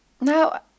Now